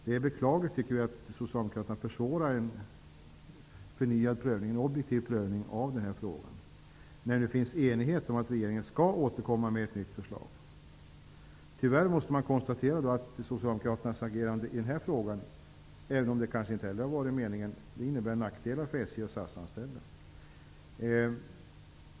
Det är beklagligt att Socialdemokraterna försvårar en förnyad, objektiv prövning av frågan, när det nu finns enighet om att regeringen skall återkomma med ett nytt förslag. Tyvärr måste man konstatera att Socialdemokraternas agerande i den här frågan -- även om det kanske inte har varit meningen -- innebär nackdelar för anställda inom SJ och SAS.